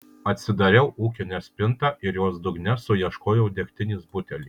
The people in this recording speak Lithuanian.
atsidariau ūkinę spintą ir jos dugne suieškojau degtinės butelį